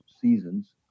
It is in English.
seasons